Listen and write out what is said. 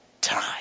time